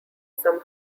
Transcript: some